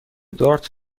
دارت